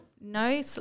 no